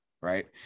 right